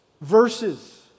verses